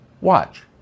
Watch